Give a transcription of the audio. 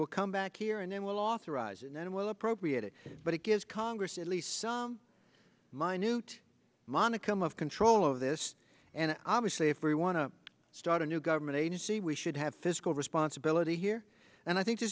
will come back here and then we'll authorize and then we'll appropriate it but it gives congress at least some minute monochrome of control over this and obviously if we want to start a new government agency we should have fiscal responsibility here and i think th